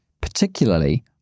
particularly